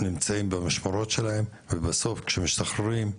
נמצאים במשמרות שלהם ובסוף כאשר הם משתחררים,